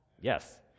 Yes